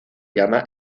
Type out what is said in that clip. llama